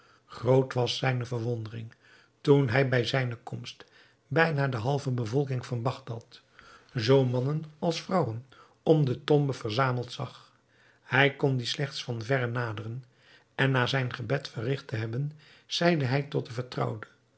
groot was zijne verwondering toen hij bij zijne komst bijna de halve bevolking van bagdad zoo mannen als vrouwen om de tombe verzameld zag hij kon die slechts van verre naderen en na zijn gebed verrigt te hebben zeide hij tot de vertrouwde